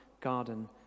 garden